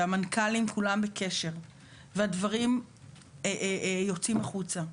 והמנכ"לים כולם בקשר והדברים יוצאים החוצה.